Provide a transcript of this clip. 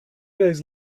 days